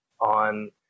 on